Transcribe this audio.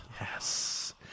Yes